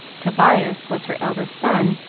tobias was her eldest son,